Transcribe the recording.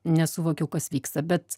nesuvokiau kas vyksta bet